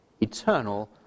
eternal